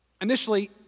Initially